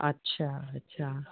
अछा अछा